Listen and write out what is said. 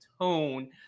tone